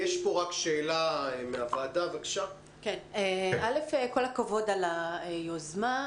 כל הכבוד על היוזמה.